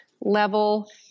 level